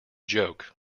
joke